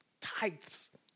tithes